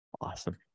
Awesome